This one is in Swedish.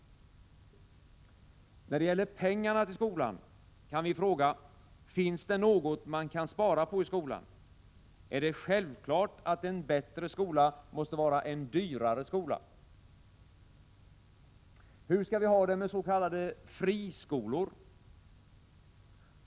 När det gäller pengarna till skolan kan vi fråga: Finns det något man kan spara på i skolan? Är det självklart att en bättre skola måste vara en dyrare skola? Hur skall vi ha det med ”friskolor”?